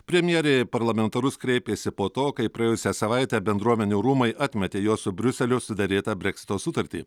premjerė į parlamentarus kreipėsi po to kai praėjusią savaitę bendruomenių rūmai atmetė jos su briuseliu suderėtą breksito sutartį